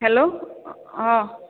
hello অঁ